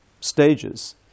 stages